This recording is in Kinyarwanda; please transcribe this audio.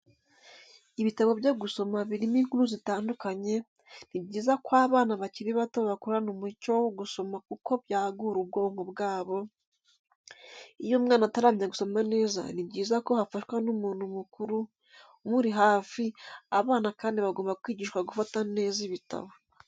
Ibitabo byo gusoma birimo inkuru zitandukanye, ni byiza ko abana bakiri bato bakurana umuco wo gusoma kuko byagura ubwonko bwabo, iyo umwana ataramenya gusoma neza, ni byiza ko yafashwa n'umuntu mukuru umuri hafi, abana kandi bagomba kwigishwa gufata neza ibitabo.